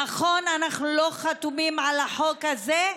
נכון, אנחנו לא חתומים על החוק הזה,